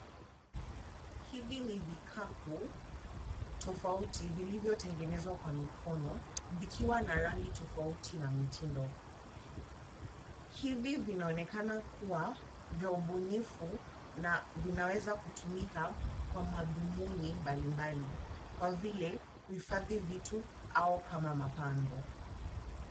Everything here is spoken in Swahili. Hivi ni vikapu tofauti vilivyotengenezwa kwa mikono vikiwa na rangi tofauti na mitindo. Hivi vinaonekana kuwa vya ubunifu na vinaweza kutumika kwa madhumuni mbali mbali, kwa vile kuhifadhi vitu au kama mapambo.